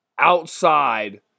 outside